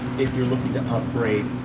if you're looking to upgrade,